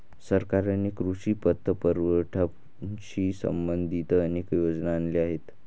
सरकारने कृषी पतपुरवठ्याशी संबंधित अनेक योजना आणल्या आहेत